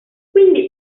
quindi